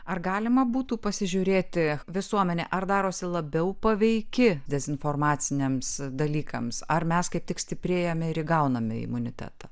ar galima būtų pasižiūrėti visuomenė ar darosi labiau paveiki dezinformaciniams dalykams ar mes kaip tik stiprėjame ir įgauname imunitetą